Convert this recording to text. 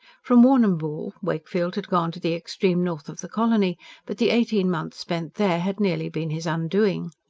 from warrnambool wakefield had gone to the extreme north of the colony but the eighteen months spent there had nearly been his undoing.